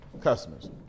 Customers